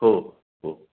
हो हो